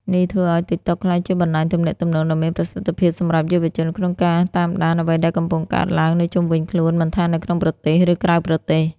នេះធ្វើឲ្យ TikTok ក្លាយជាបណ្ដាញទំនាក់ទំនងដ៏មានប្រសិទ្ធភាពសម្រាប់យុវជនក្នុងការ តាមដានអ្វីដែលកំពុងកើតឡើងនៅជុំវិញខ្លួន មិនថានៅក្នុងប្រទេស ឬក្រៅប្រទេស។